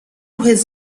his